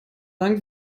lang